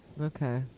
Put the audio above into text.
Okay